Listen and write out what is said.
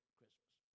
Christmas